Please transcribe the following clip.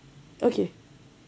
okay